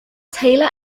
taylor